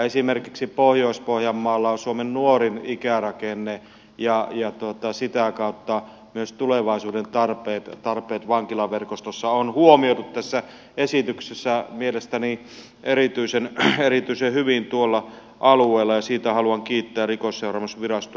esimerkiksi pohjois pohjanmaalla on suomen nuorin ikärakenne ja sitä kautta myös tulevaisuuden tarpeet vankilaverkostossa on huomioitu tässä esityksessä mielestäni erityisen hyvin tuolla alueella ja siitä haluan kiittää rikosseuraamusvirastoa